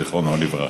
זיכרונו לברכה.